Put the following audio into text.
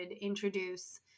introduce